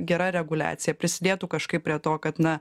gera reguliacija prisidėtų kažkaip prie to kad na